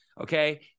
Okay